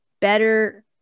better